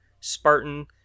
Spartan